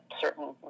certain